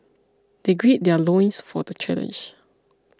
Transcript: they gird their loins for the challenge